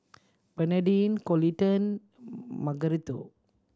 Bernardine Coleton Margarito